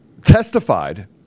testified